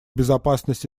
безопасность